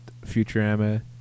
Futurama